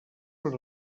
per